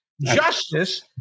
Justice